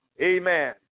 Amen